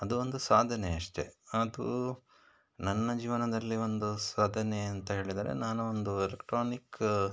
ಅದು ಒಂದು ಸಾಧನೆ ಅಷ್ಟೆ ಅದು ನನ್ನ ಜೀವನದಲ್ಲಿ ಒಂದು ಸಾಧನೆ ಅಂತ ಹೇಳಿದರೆ ನಾನು ಒಂದು ಎಲೆಕ್ಟ್ರಾನಿಕ್